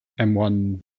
m1